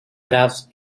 graphs